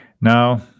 now